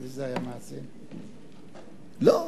לא.